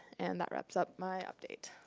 and that wraps up my update.